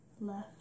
left